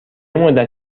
مدت